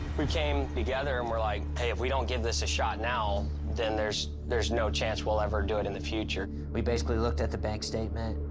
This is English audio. we came together and we're like, hey, if we don't give this a shot now, then there's there's no chance we'll ever do it in the future. we basically looked at the bank statement.